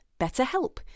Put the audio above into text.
BetterHelp